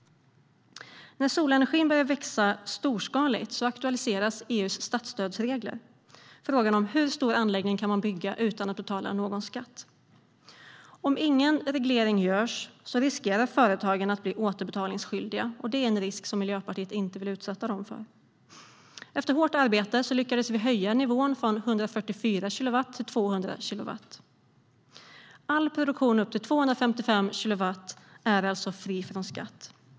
När solenergin börjar växa storskaligt aktualiseras EU:s statsstödsregler, frågan om hur stor anläggning man kan bygga utan att betala skatt. Om ingen reglering görs riskerar företagen att bli återbetalningsskyldiga. Det är en risk som Miljöpartiet inte vill utsätta dem för. Efter hårt arbete lyckades vi höja nivån från 144 kilowatt till 255 kilowatt. All produktion upp till 255 kilowatt är alltså fri från skatt.